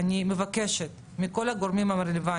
ביקשתי מהרבה מאוד גורמים להגיע לפה.